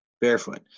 barefoot